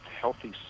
Healthy